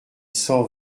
cent